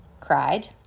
cried